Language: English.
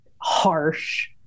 harsh